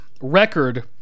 record